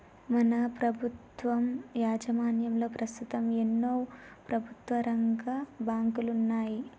మన ప్రభుత్వం యాజమాన్యంలో పస్తుతం ఎన్నో ప్రభుత్వరంగ బాంకులున్నాయి